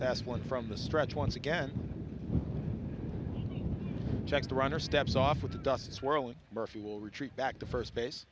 that's one from the stretch once again check the runner steps off with the dust swirling murphy will retreat back to first base